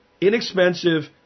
inexpensive